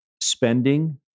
spending